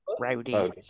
Rowdy